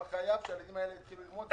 אבל חייב שהילדים האלה יתחילו ללמוד.